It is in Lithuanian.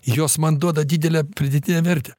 jos man duoda didelę pridėtinę vertę